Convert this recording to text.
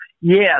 yes